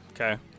Okay